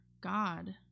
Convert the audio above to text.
God